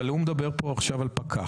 אבל הוא מדבר פה עכשיו על פקח.